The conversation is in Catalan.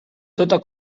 tota